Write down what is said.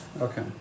okay